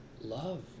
love